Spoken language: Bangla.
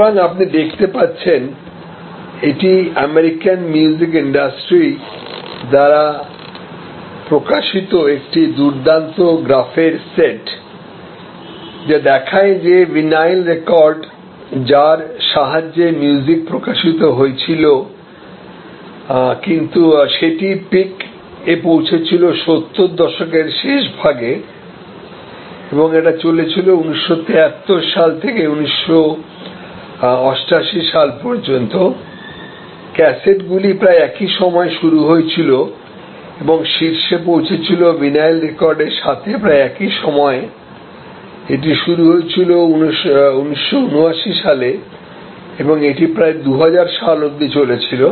সুতরাং আপনি দেখতে পাচ্ছেন এটি আমেরিকান মিউজিক ইন্ডাস্ট্রি দ্বারা প্রকাশিত একটি খুব দুর্দান্ত গ্রাফের সেট যা দেখায় যে ভিনাইল রেকর্ড যার সাহায্যে মিউজিক প্রকাশিত হয়েছিল সেটি পিক এ পৌঁছেছিল সত্তর দশকের শেষভাগে এবং এটা চলেছিল 1973 সাল থেকে 1988 সাল পর্যন্ত ক্যাসেটগুলি প্রায় একই সময়ে শুরু হয়েছিল এবং শীর্ষে পৌঁছে ছিল ভিনাইল রেকর্ডের সাথে প্রায় একই সময়ে এটি শুরু হয়েছিল 1979 সালে তবে এটি প্রায় ২০০০ অবধি চলে ছিল